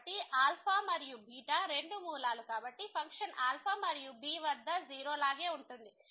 కాబట్టి ఆల్ఫా మరియు బీటా రెండూ మూలాలు కాబట్టి ఫంక్షన్ మరియువద్ద 0 లాగే ఉంటుంది